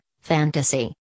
fantasy